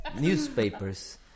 Newspapers